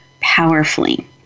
powerfully